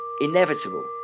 inevitable